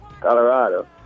Colorado